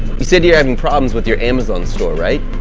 you sit here having problems with your amazon store, right?